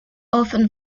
often